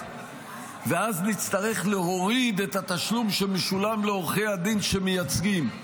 ואז נצטרך להוריד את התשלום שמשולם לעורכי הדין שמייצגים.